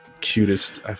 cutest